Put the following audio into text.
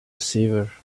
receiver